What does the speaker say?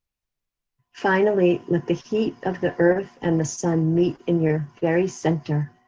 finally, let the heat of the earth and the sun meet in your very center,